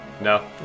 No